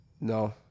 no